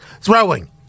throwing